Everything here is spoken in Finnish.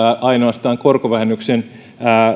ainoastaan korkovähennyksen